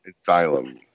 asylum